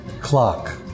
clock